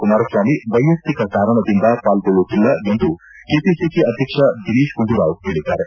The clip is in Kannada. ಕುಮಾರಸ್ವಾಮಿ ವೈಯಕ್ತಿಕ ಕಾರಣದಿಂದ ಪಾಲ್ಗೊಳ್ಳುತ್ತಿಲ್ಲ ಎಂದು ಕೆಪಿಸಿಸಿ ಅಧ್ಯಕ್ಷ ದಿನೇತ್ ಗುಂಡೂರಾವ್ ಹೇಳದ್ದಾರೆ